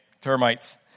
termites